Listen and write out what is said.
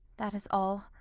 that is all,